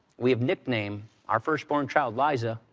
we have nicknamed our firstborn child, liza,